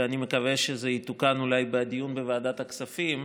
ואני מקווה שזה יתוקן אולי בדיון בוועדת הכספים,